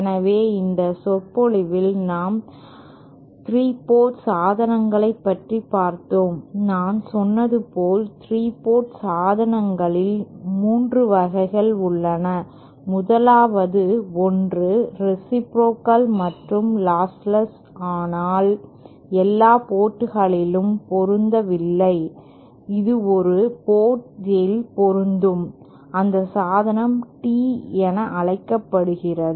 எனவே இந்த சொற்பொழிவில் நாம் 3 போர்ட் சாதனங்களை பற்றி பார்த்தோம் நான் சொன்னது போல் 3 போர்ட் சாதனங்களில் 3 வகைகள் உள்ளன முதலாவது ஒன்று ரேசிப்ரோகல் மற்றும் லாஸ்லெஸ் ஆனால் எல்லா போர்ட்களிலும் பொருந்தவில்லை இது ஒரு போர்ட் இல் பொருந்தும் அந்த சாதனம் tee என அழைக்கப்படுகிறது